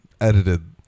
edited